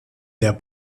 der